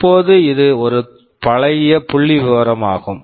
இப்போது இது ஒரு பழைய புள்ளிவிவரமாகும்